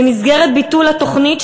במסגרת ביטול התוכנית,